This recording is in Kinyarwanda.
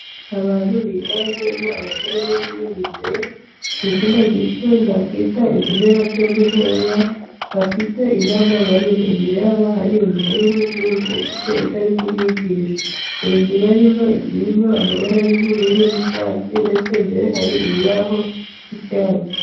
Abantu biganjemo abasore n'inkumi bicaye mu cyumba gito nakwita inzu mberabyombi ntoya bafite inama barimo, imbere yabo hari umugore w'umuzungu ufite ibyo ari kubigisha. Inzu barimo igiye irimo amabara y'ubururu n'icyatsi, ndetse imbere hari ibibaho by'icyatsi.